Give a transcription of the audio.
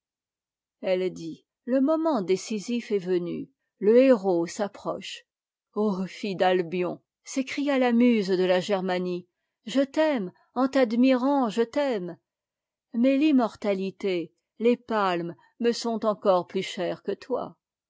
elle dit le moment décisif est venu le héraut s'approche fille d'albion s'écria la muse de la germanie je t'aime en t'admirant je t'aime mais l'immortalité les palmes me sont encore ptus chères que toi